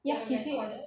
ya he say